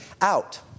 out